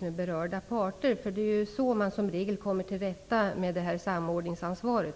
med berörda parter. Det är ju i regel så man kommer till rätta även med samordningsansvaret.